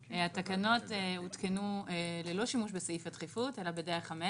התקנות הותקנו ללא שימוש בסעיף הדחיפות אלא בדרך המלך.